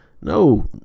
No